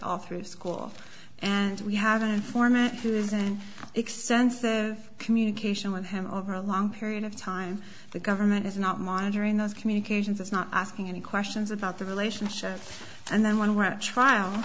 all through school and we have an informant who is an extensive communication with him over a long period of time the government is not monitoring those communications it's not asking any questions about the relationship and then when we're at trial